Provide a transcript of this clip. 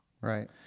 Right